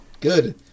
Good